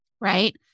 right